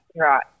right